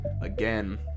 again